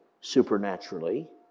supernaturally